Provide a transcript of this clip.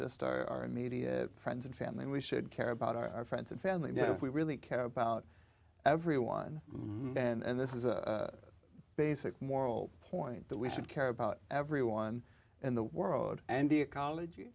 just our immediate friends and family we should care about our friends and family if we really care about everyone and this is a basic moral point that we should care about everyone in the world and the ecology